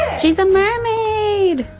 she's a mermaid.